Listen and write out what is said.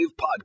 Podcast